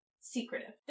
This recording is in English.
secretive